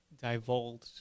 divulge